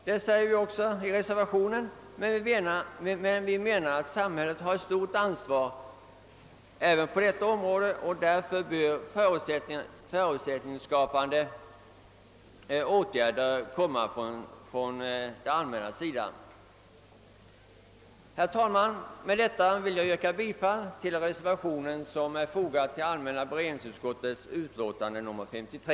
Det påpekar vi också i reservationen, men vi menar att samhället har ett stort ansvar även på detta område och att förutsättningsskapande åtgärder därför bör komma från det allmänna. Herr talman! Med dessa ord vill jag yrka bifall till den reservation som är fogad till allmänna beredningsutskottets utlåtande nr 53.